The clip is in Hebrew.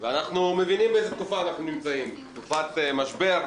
אנחנו מבינים באיזו תקופה אנחנו נמצאים תקופת משבר.